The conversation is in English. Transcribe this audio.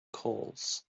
calls